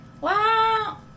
Wow